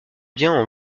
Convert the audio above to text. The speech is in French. bien